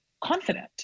confident